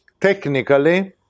technically